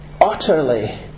utterly